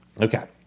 Okay